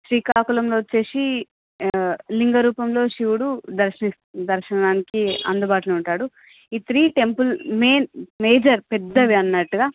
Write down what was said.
శ్రీకాకుళంలో వచ్చేసి లింగ రూపంలో శివుడు దర్శి దర్శనానికి అందుబాటులో ఉంటాడు ఈ త్రీ టెంపుల్ మే మేజర్ పెద్దవి అన్నట్టుగా